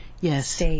yes